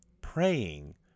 praying